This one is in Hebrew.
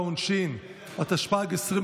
בעד, 13,